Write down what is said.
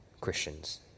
Christians